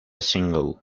single